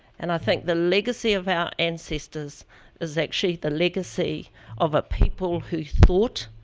and i think the legacy of our ancestors is actually the legacy of a people who thought,